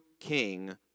king